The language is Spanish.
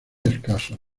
escasos